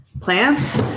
plants